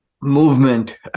movement